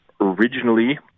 originally